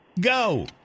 Go